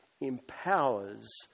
empowers